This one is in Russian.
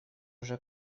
уже